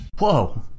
Whoa